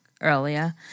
earlier